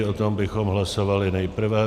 O tom bychom hlasovali nejprve.